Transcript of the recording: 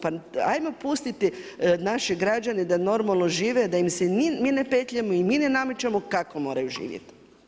Pa ajmo pustiti naše građane da normalno žive, da im se mi ne petljamo, i mi ne namećemo kako moraju živjeti.